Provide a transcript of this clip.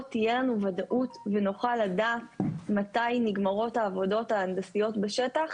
תהיה לנו ודאות ונוכל לדעת מתי נגמרות העבודות ההנדסיות בשטח,